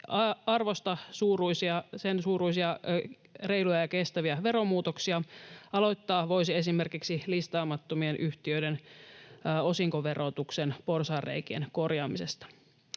miljardien suuruisia reiluja ja kestäviä veromuutoksia — aloittaa voisi esimerkiksi listaamattomien yhtiöiden osinkoverotuksen porsaanreikien korjaamisesta.